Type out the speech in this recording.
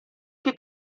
che